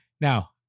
Now